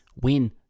Win